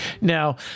now